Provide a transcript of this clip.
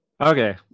Okay